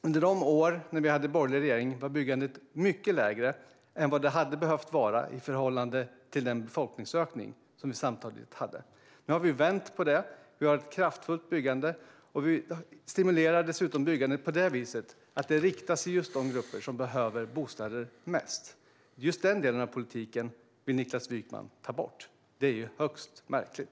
Under de år då vi hade en borgerlig regering var byggandet mycket lägre än vad det hade behövt vara i förhållande till den befolkningsökning som vi samtidigt hade. Nu har vi vänt på detta; vi har ett kraftfullt byggande. Vi stimulerar dessutom byggandet på det vis att det riktar sig till de grupper som behöver bostäder mest. Just den delen av politiken vill Niklas Wykman ta bort. Det är högst märkligt.